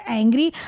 angry